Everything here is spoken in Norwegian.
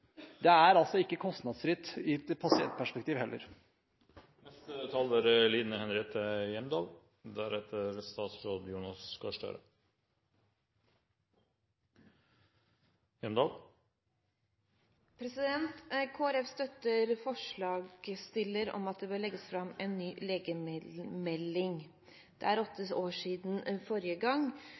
Det er altså heller ikke kostnadsfritt i et pasientperspektiv. Kristelig Folkeparti støtter forslagsstillerne i at det bør legges fram en ny legemiddelmelding. Det er åtte år siden forrige gang.